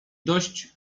dość